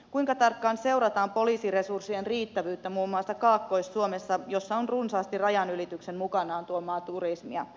kuinka tarkkaan seurataan poliisiresurssien riittävyyttä muun muassa kaakkois suomessa jossa on runsaasti rajanylityksen mukanaan tuomaa turismia